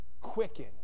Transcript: quicken